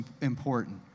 important